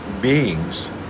beings